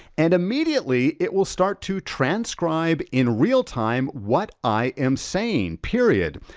and immediately it will start to transcribe in real-time what i am saying, period.